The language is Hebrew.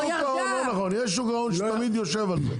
לא נכון, יש שוק ההון שתמיד יושב על זה.